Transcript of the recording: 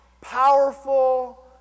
powerful